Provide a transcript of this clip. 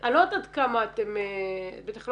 אני לא יודעת כמה אתם --- בטח לא